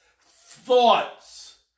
thoughts